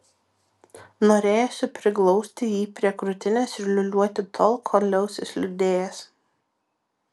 norėjosi priglausti jį prie krūtinės ir liūliuoti tol kol liausis liūdėjęs